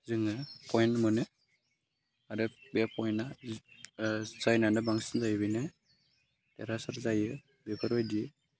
जोङो पइन्ट मोनो आरो बे पइन्टआ जायनानो बांसिन जायो बेनो देरहासार जायो बेफोरबायदि